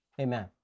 Amen